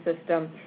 system